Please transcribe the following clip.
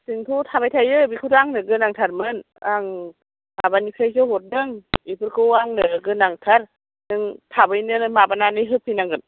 जोंथ' थाबाय थायो बेखौथ' आंनो गोनांथारमोन आं माबानिफ्रायसो हरदों बेफोरखौ आंनो गोनांथार नों थाबैनो माबानानै होफैनांगोन